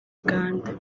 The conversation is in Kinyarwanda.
uganda